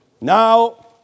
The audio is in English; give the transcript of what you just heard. now